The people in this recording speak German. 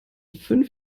fünf